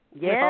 Yes